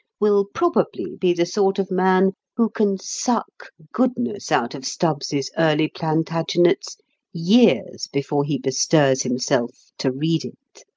will probably be the sort of man who can suck goodness out of stubbs's early plantagenets years before he bestirs himself to read it.